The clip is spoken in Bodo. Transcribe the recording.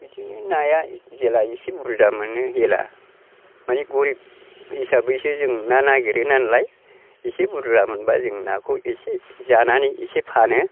बिदिनो नाया जेला एसे बुरजा मोनो हेला मानि गोरिब हिसाबैसो जों ना नागिरोनालाय एसे बुरजा मोनब्ला जों नाखौ एसे जानानै एसे फानो